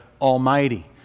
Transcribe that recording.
Almighty